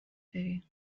داری